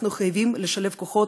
אנחנו חייבים לשלב כוחות,